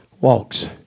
walks